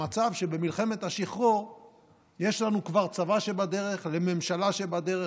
למצב שבמלחמת השחרור יש לנו כבר צבא שבדרך וממשלה שבדרך,